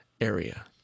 area